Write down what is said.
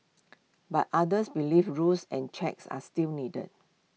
but others believe rules and checks are still needed